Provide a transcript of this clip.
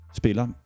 spiller